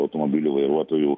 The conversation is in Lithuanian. automobilių vairuotojų